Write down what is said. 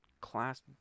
class